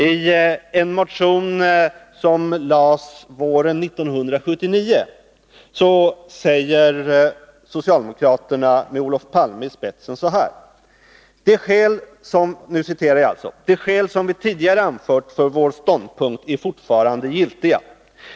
I en motion som väcktes våren 1979 säger socialdemokraterna, med Olof Palme i spetsen: ”De skäl som vi tidigare anfört för vår ståndpunkt är fortfarande giltiga.